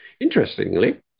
Interestingly